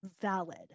valid